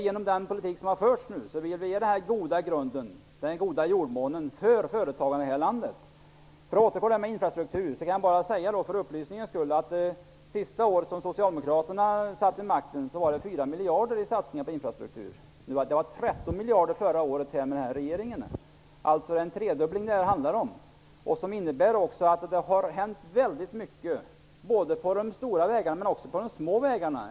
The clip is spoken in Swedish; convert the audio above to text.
Genom den politik som nu förts vill vi åstadkomma denna goda grund, den goda jordmånen, för företagarna i vårt land. Jag återgår till frågan om infrastrukturen. För upplysnings skull kan jag säga att under det sista året av Socialdemokraternas mandatperiod vid makten utgjorde satsningarna på infrastrukturen 4 miljarder kronor. Förra året, med nuvarande regering, utgjorde satsningarna 13 miljarder. Det handlar alltså om en tredubbling, som innebär att väldigt mycket har åstadkommits vad gäller de stora vägarna, men också vad gäller de små vägarna.